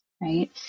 right